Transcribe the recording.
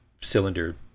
cylinder